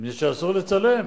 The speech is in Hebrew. מפני שאסור לצלם.